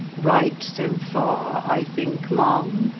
right so far, i think, ma'am?